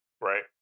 Right